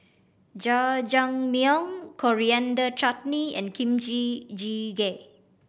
Jajangmyeon Coriander Chutney and Kimchi Jjigae